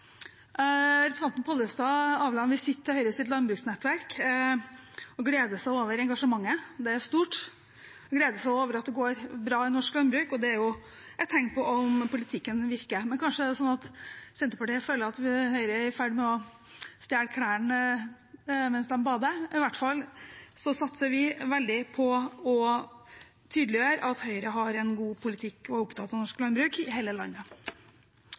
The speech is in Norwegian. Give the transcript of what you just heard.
Representanten Pollestad avla Høyres landbruksnettverk en visitt og gleder seg over engasjementet. Det er stort. Han gleder seg over at det går bra i norsk landbruk, og det er et tegn på at politikken virker, men kanskje er det slik at Senterpartiet føler at Høyre er i ferd med å stjele klærne mens de bader. I hvert fall satser vi veldig på å tydeliggjøre at Høyre har en god politikk og er opptatt av norsk landbruk i hele landet.